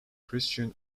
christian